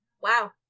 Wow